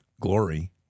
glory